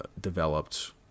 developed